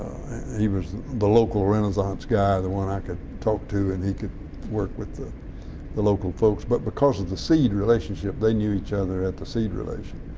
he was the local renaissance guy, the one i could talk to and he could work with the the local folks, but because of the seed relationship they knew each other at the seed relation.